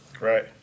Right